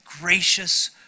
gracious